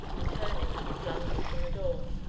and turning, he flung open the door.